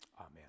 Amen